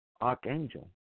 archangel